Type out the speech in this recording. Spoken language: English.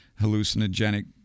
hallucinogenic